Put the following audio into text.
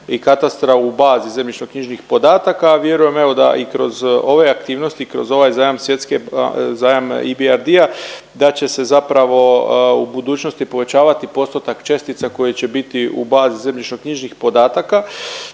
i katastra u bazi zemljišno knjižnih podataka, a vjerujem evo da i kroz ove aktivnosti, kroz ovaj zajam svjetske, zajam IBRD-a da će se zapravo u budućnosti povećavati postotak čestica koji će biti u bazi zemljišno knjižnih podataka.